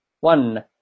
one